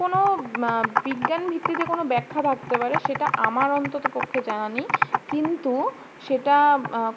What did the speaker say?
কোনো বিজ্ঞান ভিত্তিতে কোনো ব্যাখ্যা থাকতে পারে সেটা আমার অন্তত পক্ষে জানা নেই কিন্তু সেটা